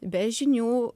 be žinių